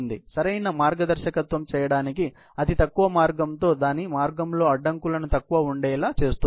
ఇది సరైన మార్గదర్శకత్వం చేయడానికి అతి తక్కువ మార్గంతో దాని మార్గంలో అడ్డంకులను తక్కువ ఉండేలా చేస్తుంది